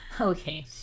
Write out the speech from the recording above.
Okay